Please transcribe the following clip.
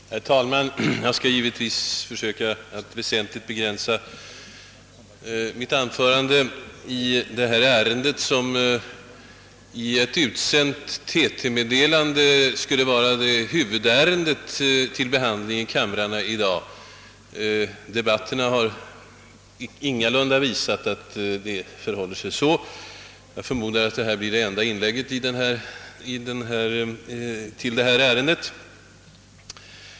Herr talman! Jag skall givetvis vid denna tidpunkt försöka att väsentligt begränsa mitt anförande i detta ärende, som enligt ett till pressen utsänt TT meddelande skulle vara huvudärendet till behandling i kammaren i dag. Debatterna tidigare under dagen har visat att det ingalunda tycks förhålla sig så. Kanske blir mitt anförande t.o.m. det enda inlägget rörande detta ärende.